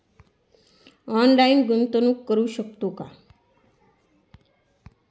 Online गुंतवणूक करू शकतो का?